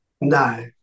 no